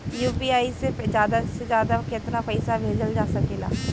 UPI से ज्यादा से ज्यादा केतना पईसा भेजल जा सकेला?